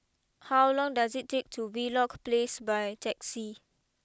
how long does it take to Wheelock place by taxi